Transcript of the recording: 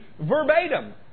verbatim